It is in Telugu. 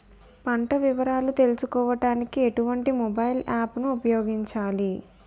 పంట వివరాలు తెలుసుకోడానికి ఎటువంటి మొబైల్ యాప్ ను ఉపయోగించాలి?